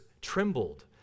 trembled